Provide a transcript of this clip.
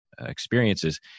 experiences